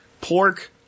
Pork